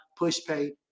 Pushpay